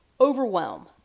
overwhelm